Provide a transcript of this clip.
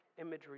imagery